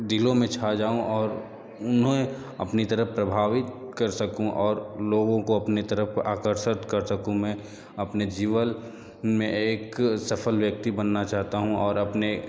दिलों में छा जाऊँ और उन्हें अपनी तरफ प्रभावित कर सकूँ और लोगों को अपनी तरफ आकर्षक कर सकूँ मैं अपने जीवन में एक सफल व्यक्ति बनना चाहता हूँ और अपने